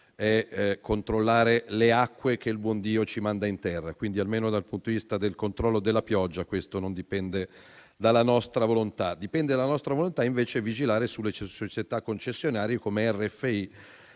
è controllare le acque che il buon Dio ci manda in terra. E, quindi, almeno il controllo della pioggia non dipende dalla nostra volontà. Dipende dalla nostra volontà, invece, vigilare sulle società concessionarie come Rete